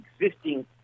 existing